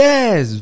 Yes